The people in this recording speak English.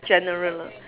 general lah